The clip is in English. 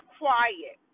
quiet